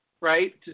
right